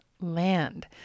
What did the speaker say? land